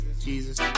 Jesus